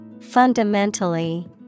Fundamentally